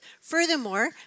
Furthermore